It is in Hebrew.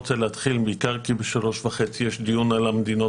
אני רוצה להתחיל כי ב-3:30 יש דיון על המדינות